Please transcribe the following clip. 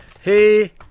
Hey